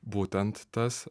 būtent tas